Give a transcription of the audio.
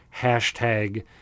hashtag